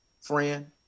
friend